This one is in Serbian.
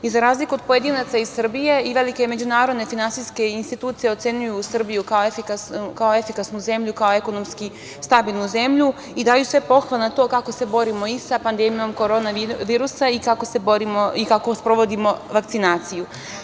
Za razliku od pojedinaca iz Srbije, i velike međunarodne finansijske institucije ocenjuju Srbiju kao efikasnu zemlju, kao ekonomski stabilnu zemlju i daju sve pohvale na to kako se borimo i sa pandemijom korona virusa i kako sprovodimo vakcinaciju.